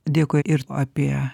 dėkui ir apie